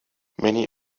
many